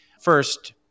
first